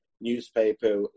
newspaper